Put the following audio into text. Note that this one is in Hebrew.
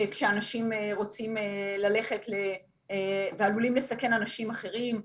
כשאנשים רוצים ללכת ועלולים לסכן אנשים אחרים,